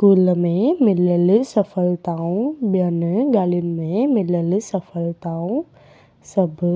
school में मिलियलु सफ़लताऊं ॿियनि ॻाल्हियुनि में मिलनि सफलताऊं सभु